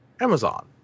Amazon